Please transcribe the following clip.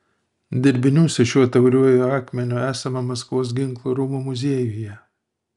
dirbinių su šiuo tauriuoju akmeniu esama maskvos ginklų rūmų muziejuje